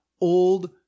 old